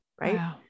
Right